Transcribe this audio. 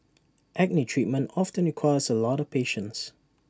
acne treatment often requires A lot of patience